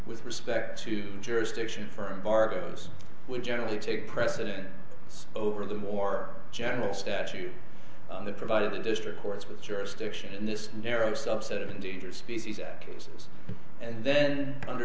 with respect to jurisdiction for barbadoes we generally take precedent over the more general statute in the provided the district courts with jurisdiction in this narrow subset of endangered species act cases and then under